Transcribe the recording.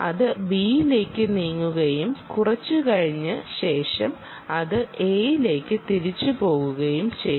അത് Bയിലേക്ക് നീങ്ങുകയും കുറച്ച് കഴിഞ്ഞതിന് ശേഷം അത് Aയിലേക്ക് തിരിച്ചു പോവുകയും ചെയ്യും